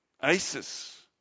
ISIS